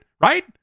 right